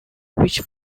which